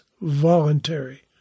voluntary